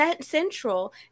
central